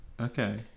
Okay